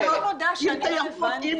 לעיר תיירות יכולה יש